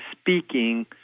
speaking